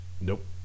Nope